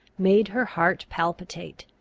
made her heart palpitate,